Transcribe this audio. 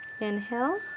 Inhale